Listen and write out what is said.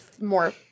more